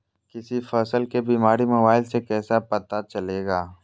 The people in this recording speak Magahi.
किसी फसल के बीमारी मोबाइल से कैसे पता चलेगा?